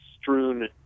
strewn